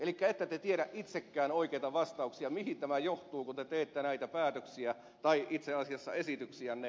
eli ette te tiedä itsekään oikeita vastauksia mihin tämä johtaa kun te teette näitä päätöksiä tai itse asiassa esityksiänne